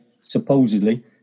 supposedly